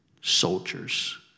soldiers